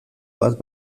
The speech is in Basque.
bat